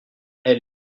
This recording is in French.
elle